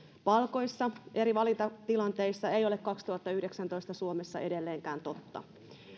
palkoissa eri valintatilanteissa ei ole vuonna kaksituhattayhdeksäntoista suomessa edelleenkään totta